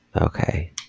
Okay